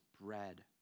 bread